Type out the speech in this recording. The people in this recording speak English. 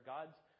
God's